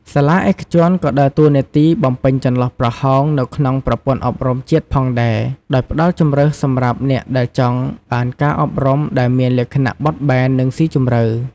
សាលាឯកជនក៏ដើរតួនាទីបំពេញចន្លោះប្រហោងនៅក្នុងប្រព័ន្ធអប់រំជាតិផងដែរ ដោយផ្តល់ជម្រើសសម្រាប់អ្នកដែលចង់បាន ការអប់រំដែលមានលក្ខណៈបត់បែន និងស៊ីជម្រៅ ។